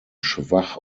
schwach